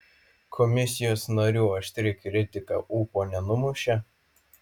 komisijos narių aštri kritika ūpo nenumušė